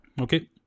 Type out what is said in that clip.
okay